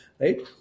Right